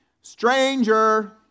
Stranger